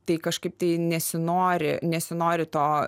tai kažkaip nesinori nesinori to